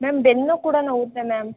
ma'am ಬೆನ್ನು ಕೂಡ ನೋಯುತ್ತೆ ಮ್ಯಾಮ್